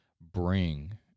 bring